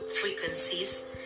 frequencies